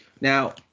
now